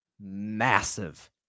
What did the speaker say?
massive